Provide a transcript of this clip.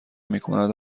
میکند